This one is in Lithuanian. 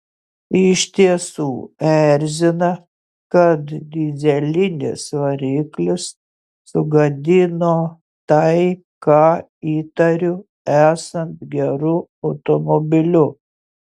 iš tiesų erzina kad dyzelinis variklis sugadino tai ką įtariu esant geru automobiliu